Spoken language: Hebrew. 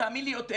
תאמין לי, יותר.